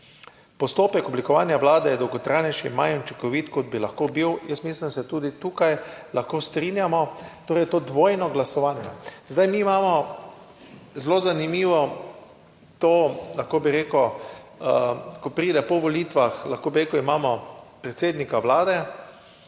Postopek oblikovanja vlade je dolgotrajnejši, manj učinkovit, kot bi lahko bil. Jaz mislim, da se tudi tukaj lahko strinjamo, torej to dvojno glasovanje. Zdaj mi imamo zelo zanimivo to, lahko bi rekel, ko pride po volitvah, lahko bi rekel, imamo predsednika vlade.